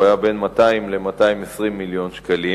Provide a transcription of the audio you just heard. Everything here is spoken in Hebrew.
הוא היה בין 200 ל-220 מיליון שקלים,